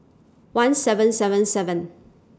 one seven seven seven